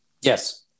Yes